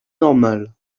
normal